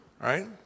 right